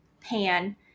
pan